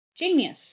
genius